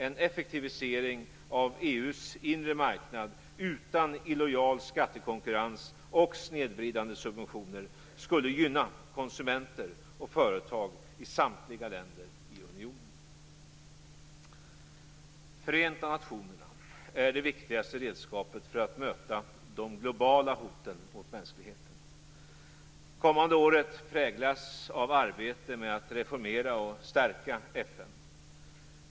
En effektivisering av EU:s inre marknad utan illojal skattekonkurrens och snedvridande subventioner skulle gynna konsumenter och företag i samtliga länder i unionen. Förenta nationerna är det viktigaste redskapet för att möta de globala hoten mot mänskligheten. Det kommande året präglas av arbetet med att reformera och stärka FN.